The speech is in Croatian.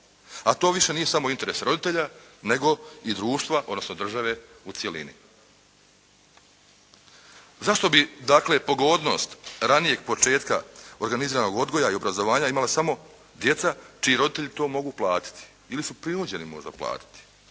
a to više nije samo interes roditelje, nego i društva, odnosno države u cjelini. Zašto bi, dakle, pogodnost ranijeg početka organiziranog odgoja i obrazovanja imala samo djeca čiji roditelji to mogu platiti ili su prinuđeni možda platiti,